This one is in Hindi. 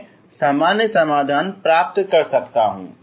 मैं सामान्य समाधान प्राप्त कर सकता हूं